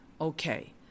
okay